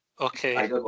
Okay